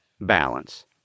balance